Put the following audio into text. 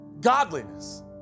godliness